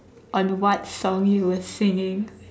on what song you were singing